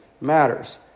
matters